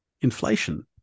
inflation